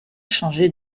changer